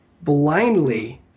blindly